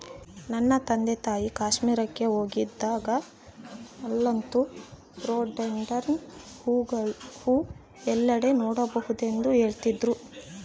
ನನ್ನ ತಂದೆತಾಯಿ ಕಾಶ್ಮೀರಕ್ಕೆ ಹೋಗಿದ್ದಾಗ ಅಲ್ಲಂತೂ ರೋಡೋಡೆಂಡ್ರಾನ್ ಹೂವು ಎಲ್ಲೆಡೆ ನೋಡಬಹುದೆಂದು ಹೇಳ್ತಿದ್ರು